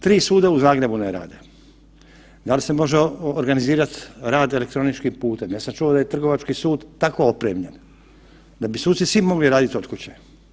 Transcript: Tri suda u Zagrebu ne rade, da li se može organizirati rad elektroničkim putem, ja sam čuo da je Trgovački sud tako opremljen da bi suci svi mogli raditi od kuće.